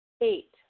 Eight